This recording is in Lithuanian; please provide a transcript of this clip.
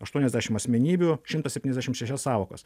aštuoniasdešim asmenybių šimtas septyniasdešim šešias sąvokas